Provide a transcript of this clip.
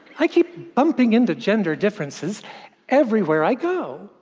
i keep bumping into gender differences everywhere i go!